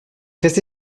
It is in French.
resté